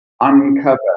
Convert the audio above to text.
uncover